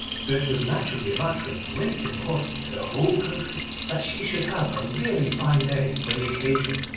so it was naturally a matter of great importance to the whole country that she should have a really fine day for the occasion.